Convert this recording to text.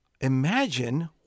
Imagine